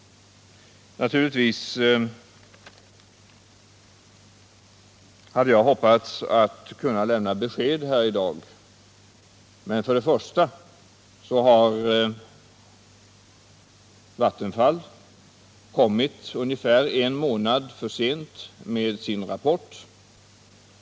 Jag hade givetvis hoppats att i dag kunna lämna ett bestämt besked beträffande Forsmark 3, men tyvärr har Vattenfall kommit ungefär en månad för sent med sin rapport.